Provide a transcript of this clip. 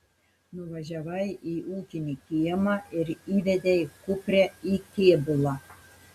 nuvažiavai į ūkinį kiemą ir įvedei kuprę į kėbulą